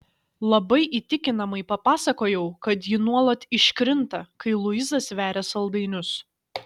labai įtikinamai papasakojau kad ji nuolat iškrinta kai luiza sveria saldainius